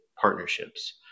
partnerships